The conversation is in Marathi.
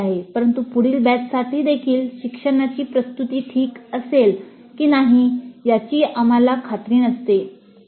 परंतु पुढील बॅचसाठीदेखील शिक्षणाची प्रस्तुती ठीक असेल की नाही याची आम्हाला खात्री नसते